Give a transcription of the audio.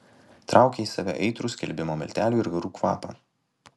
traukė į save aitrų skalbimo miltelių ir garų kvapą